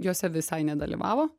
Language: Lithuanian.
jose visai nedalyvavo